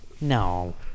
No